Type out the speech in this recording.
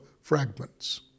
fragments